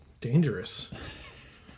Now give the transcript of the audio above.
dangerous